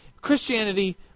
Christianity